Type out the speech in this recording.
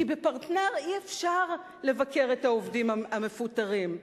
כי ב"פרטנר" אי-אפשר לבקר את העובדים המפוטרים,